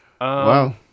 Wow